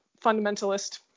fundamentalist